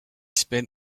spent